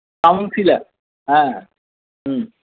councillor হ্যাঁ হুম